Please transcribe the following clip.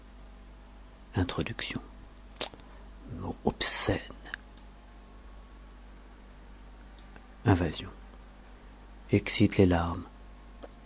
introduction mot obscène invasion excite les larmes